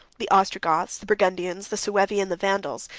the ostrogoths, the burgundians, the suevi, and the vandals,